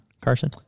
Carson